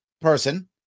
person